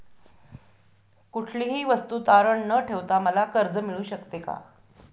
कुठलीही वस्तू तारण न ठेवता मला कर्ज मिळू शकते का?